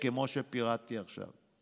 כמו שפירטתי עכשיו,